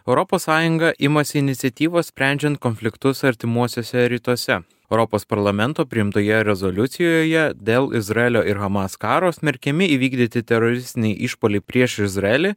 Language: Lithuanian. europos sąjunga imasi iniciatyvos sprendžiant konfliktus artimuosiuose rytuose europos parlamento priimtoje rezoliucijoje dėl izraelio ir hamas karo smerkiami įvykdyti teroristiniai išpuoliai prieš izraelį